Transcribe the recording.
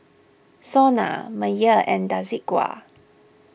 Sona Mayer and Desigual